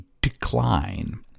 decline